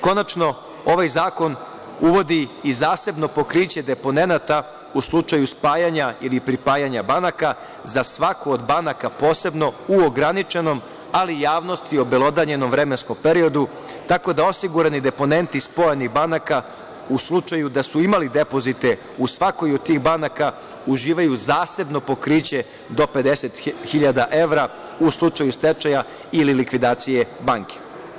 Konačno, ovaj zakon uvodi i zasebno pokriće deponenata u slučaju spajanja ili pripajanja banaka za svaku od banaka posebno u ograničenom, ali javnosti obelodanjenom vremenskom periodu, tako da osigurani deponenti spojenih banaka, u slučaju da su imali depozite u svakoj od tih banaka, uživaju zasebno pokriće do 50 hiljada evra u slučaju stečaja ili likvidacije banke.